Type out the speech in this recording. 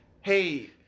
hey